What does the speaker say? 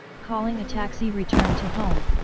calling a taxi returned to home.